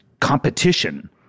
competition